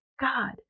God